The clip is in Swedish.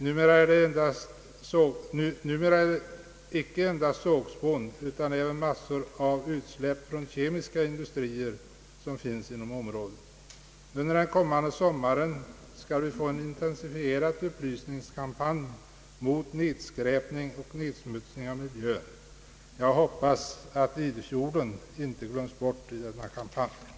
Numera är det icke endast sågspån utan även massor av utsläpp från kemiska industrier inom området. Under den kommande sommaren skall vi få en intensifierad upplysningskampanj mot nedskräpning och nedsmutsning av miljön. Jag hoppas Idefjorden inte glöms bort i denna kampanj.